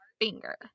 finger